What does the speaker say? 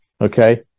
Okay